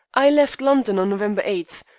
i left london on november eight,